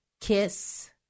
kiss